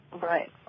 Right